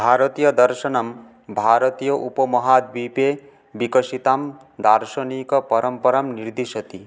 भारतीयदर्शनं भारतीय उपमहाद्वीपे विकसितं दार्शनिकपरम्परां निर्दिशति